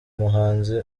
muhanzi